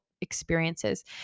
experiences